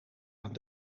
aan